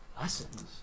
lessons